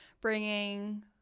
bringing